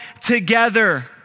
together